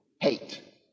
Hate